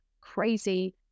crazy